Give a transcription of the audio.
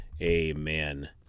amen